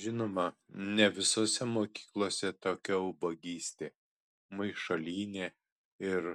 žinoma ne visose mokyklose tokia ubagystė maišalynė ir